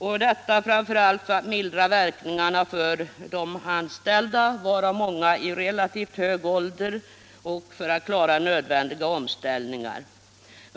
Man måste framför allt mildra verkningarna för de anställda, varav många i relativt hög ålder, och de behöver tid för att klara nödvändiga omställningar.